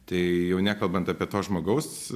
tai jau nekalbant apie to žmogaus